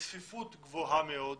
בצפיפות גבוהה מאוד,